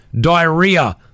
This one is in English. diarrhea